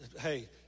hey